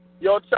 Yo